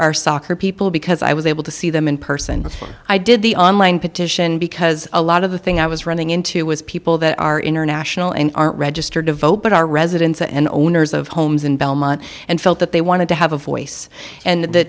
are soccer people because i was able to see them in person before i did the online petition because a lot of the thing i was running into was people that i are international and are registered to vote but are residents and owners of homes in belmont and felt that they wanted to have a voice and the